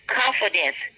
confidence